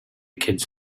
kids